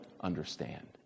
understand